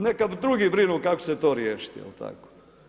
Neka drugi brinu kako će se to riješiti jel tako.